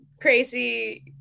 crazy